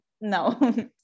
no